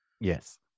Yes